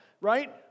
right